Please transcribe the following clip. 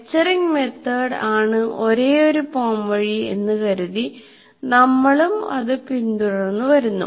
lecturing method ആണ് ഒരേയൊരു പോംവഴി എന്ന് കരുതി നമ്മളും അത് പിന്തുടർന്ന് വരുന്നു